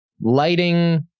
lighting